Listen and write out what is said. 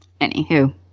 Anywho